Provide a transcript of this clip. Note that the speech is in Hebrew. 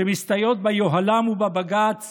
שמסתייעות ביוהל"ם ובבג"ץ